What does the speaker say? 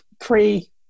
pre